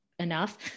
enough